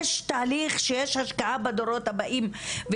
יש תהליך שיש השקעה בדורות הבאים.